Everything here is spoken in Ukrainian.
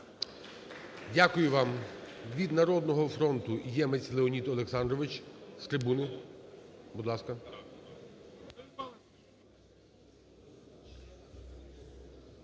Дякую вам. Від "Народного фронту" Ємець Леонід Олександрович. З трибуни, будь ласка.